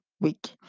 week